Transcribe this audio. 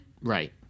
Right